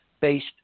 based